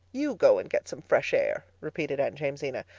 you go and get some fresh air, repeated aunt jamesina,